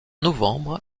novembre